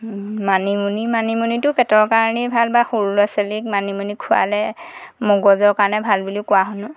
মানিমুনি মানিমুনিটো পেটৰ কাৰণে ভাল বা সৰু ল'ৰা ছোৱালীক মানিমুনি খুৱালে মগজৰ কাৰণে ভাল বুলিও কোৱা শুনোঁ